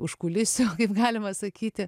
užkulisių kaip galima sakyti